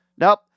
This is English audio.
Nope